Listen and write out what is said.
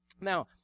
Now